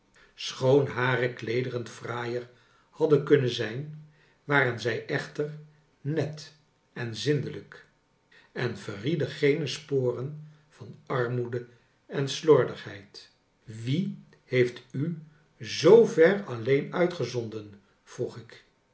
schoon hare kleederen fraaier hadden kunnen zijn waren zij echter net en zindelijk en verrieden geene sporen van armoede en slordigheid wie heeft u zoo ver alleen uitgezonden vroeg ik